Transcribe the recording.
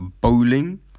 Bowling